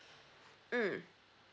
mm